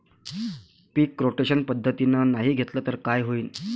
पीक rotation पद्धतीनं नाही घेतलं तर काय होईन?